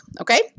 Okay